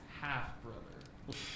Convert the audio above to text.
half-brother